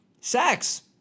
sex